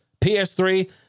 PS3